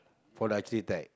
for the archery tag